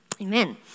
Amen